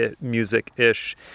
music-ish